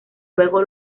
luego